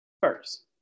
first